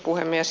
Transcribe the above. puhemies